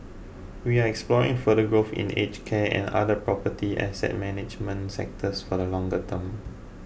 we are exploring further growth in aged care and other property asset management sectors for the longer term